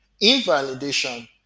invalidation